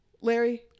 Larry